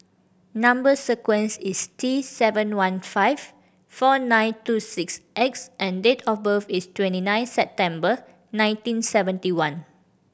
number sequence is T seven one five four nine two six X and date of birth is twenty nine September nineteen seventy one